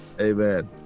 Amen